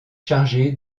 chargé